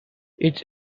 its